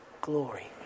glory